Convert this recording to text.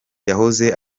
yahoze